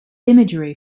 imagery